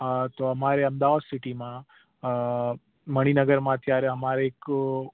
હ તો અમારે અમદાવાદ સિટીમાં મણિનગરમાં અત્યારે અમારે એક